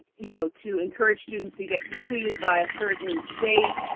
you know to encourage students to get completed by a certain date,